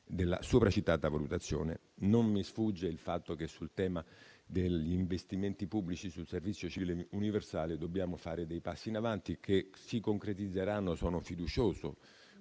della sopracitata valutazione. Non mi sfugge il fatto che sul tema degli investimenti pubblici sul servizio civile universale dobbiamo fare dei passi in avanti, che confido si concretizzeranno - sono fiducioso